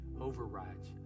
overrides